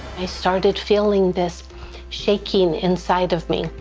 i started feeling this shaking inside of me.